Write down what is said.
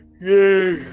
Yay